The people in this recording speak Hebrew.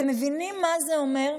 אתם מבינים מה זה אומר?